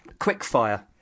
Quickfire